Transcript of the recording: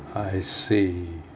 I see